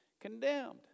condemned